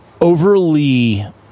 overly